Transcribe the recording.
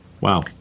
Wow